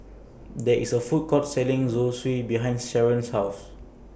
There IS A Food Court Selling Zosui behind Sheron's House